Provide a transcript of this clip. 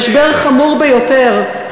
משבר חמור ביותר.